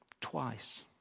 Twice